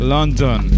London